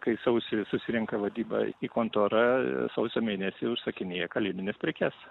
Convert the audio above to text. kai sausį susirenka vadybą į kontorą sausio mėnesį užsakinėja kalėdines prekes